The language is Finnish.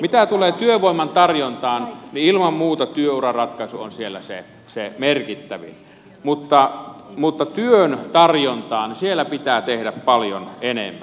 mitä tulee työvoiman tarjontaan niin ilman muuta työuraratkaisu on siellä se merkittävin mutta työn tarjontaan pitää tehdä paljon enemmän